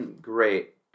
great